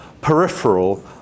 peripheral